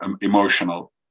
emotional